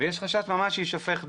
ויש ממש חשש שיישפך דם.